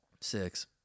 Six